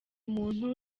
umuntu